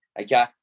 okay